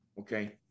Okay